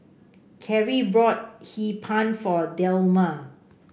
Karie bought Hee Pan for Delma